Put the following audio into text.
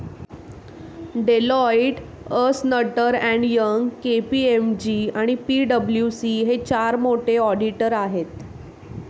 Deloitte, अस्न्टर and Young, KPMG आणि पी.डब्ल्यू.सी हे चार मोठे ऑडिटर आहेत